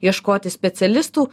ieškoti specialistų